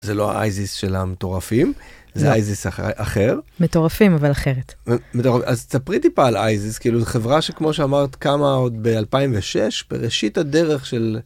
זה לא אייזיס של המטורפים, זה אייזיס אחר, מטורפים אבל אחרת, אז תספרי טיפה על אייזיס, חברה שכמו שאמרת קמה עוד ב-2006 בראשית הדרך של.